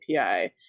API